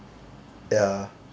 ya